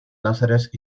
láseres